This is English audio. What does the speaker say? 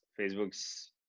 Facebook's